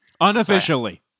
Unofficially